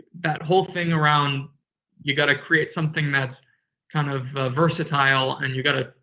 that whole thing around you got to create something that's kind of versatile and you've got to.